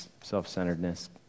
self-centeredness